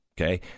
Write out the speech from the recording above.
okay